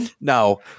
No